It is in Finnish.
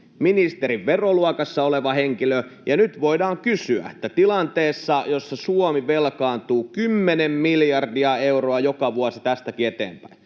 ministerin veroluokassa oleva henkilö. Ja nyt voidaan kysyä, onko tämä tilanteessa, jossa Suomi velkaantuu 10 miljardia euroa joka vuosi tästäkin eteenpäin,